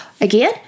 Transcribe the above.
Again